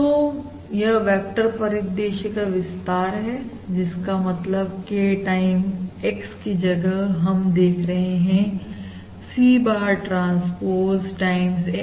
तो यह वेक्टर परिदृश्य का विस्तार है जिसका मतलब K टाइम X की जगह हम देख रहे हैं C bar transpose times X